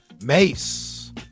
Mace